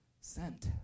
sent